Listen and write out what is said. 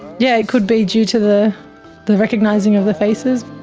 yeah it could be due to the the recognising of the faces.